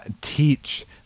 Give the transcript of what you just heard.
teach